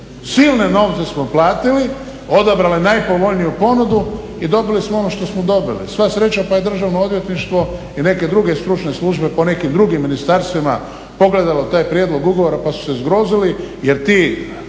Silne novce smo platili, odabrali najpovoljniju ponudu i dobili smo ono što smo dobili. Sva sreća pa je Državno odvjetništvo i neke druge stručne službe po nekim drugim ministarstvima pogledalo taj prijedlog ugovora pa su se zgrozili jer ti